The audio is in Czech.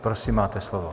Prosím, máte slovo.